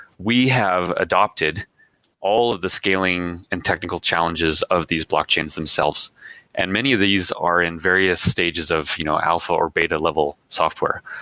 we have adopted all of the scaling and technical challenges of these blockchains themselves and many of these are in various stages of you know alpha or beta level software.